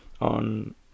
on